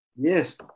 yes